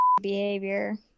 Behavior